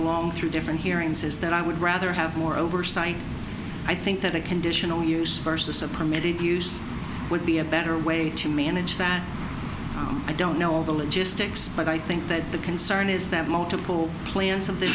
along through different hearings is that i would rather have more oversight i think that a conditional use versus a primitive use would be a better way to manage that i don't know all the logistics but i think that the concern is that multiple plans of the